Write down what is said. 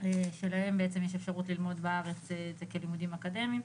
שלהם בעצם יש אפשרות ללמוד בארץ את זה כלימודים אקדמיים,